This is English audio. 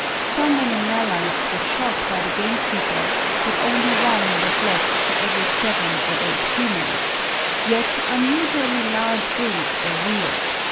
so many mallards were shot by the gamekeeper that only one was left for every seven or eight females yet unusually large broods were reared.